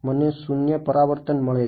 મને શૂન્ય પરાવર્તન મળે છે